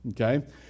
okay